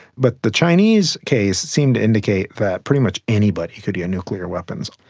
but the chinese case seems to indicate that pretty much anybody could get nuclear weapons.